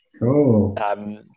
Cool